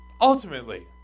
Ultimately